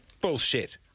Bullshit